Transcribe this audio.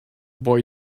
boy